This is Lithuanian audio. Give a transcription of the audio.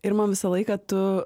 ir man visą laiką tu